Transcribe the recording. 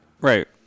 Right